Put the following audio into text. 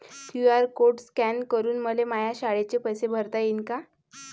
QR code scan करून मले माया शाळेचे पैसे भरता येईन का?